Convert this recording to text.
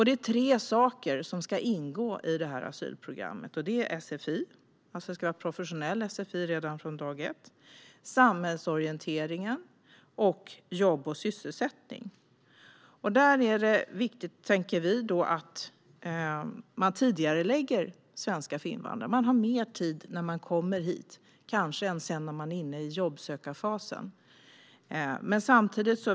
Det är tre saker som ska ingå i asylprogrammet, nämligen professionell sfi redan från dag ett, samhällsorientering samt jobb och sysselsättning. Vi anser att det är viktigt att tidigarelägga svenska för invandrare. Man har mer tid när man har kommit hit än senare när man är inne i jobbsökarfasen.